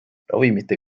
ravimite